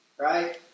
right